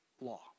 law